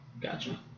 Gotcha